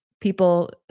people